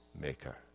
maker